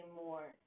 more